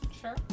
Sure